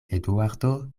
eduardo